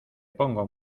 pongo